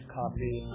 coffee